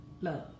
Love